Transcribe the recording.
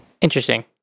interesting